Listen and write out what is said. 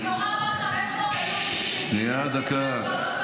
מתוכם 500 היו --- שנייה, דקה.